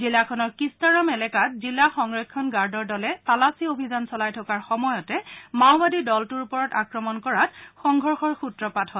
জিলাখনৰ কিষ্টাৰাম এলেকাত জিলা সংৰক্ষণ গাৰ্ডৰ দলে তালাচী অভিযান চলাই থকাৰ সময়তে মাওবাদীয়ে দলটোৰ ওপৰত আক্ৰমণ কৰাত সংঘৰ্ষৰ সূত্ৰপাত হয়